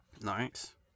Nice